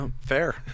Fair